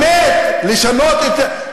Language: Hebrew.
במקום ללכת ולשנות,